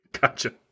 Gotcha